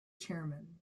chairman